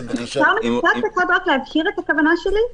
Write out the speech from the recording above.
אבקש להבהיר את כוונתי.